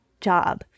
job